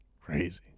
Crazy